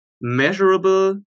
measurable